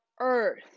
earth